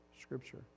Scripture